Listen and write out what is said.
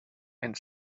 and